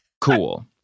cool